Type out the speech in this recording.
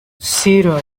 zero